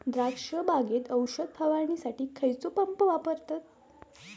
द्राक्ष बागेत औषध फवारणीसाठी खैयचो पंप वापरतत?